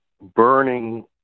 burning